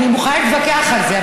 אני מוכנה להתווכח על זה,